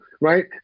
right